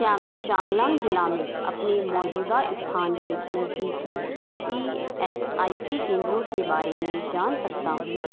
क्या मैं चांगलांग जिला में अपनी मौजूदा स्थान की नज़दीकी ई एस आई सी केन्द्रों के बारे में जान सकता हूँ